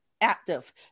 active